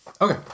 Okay